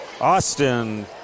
Austin